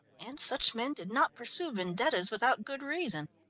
and such men did not pursue vendettas without good reason.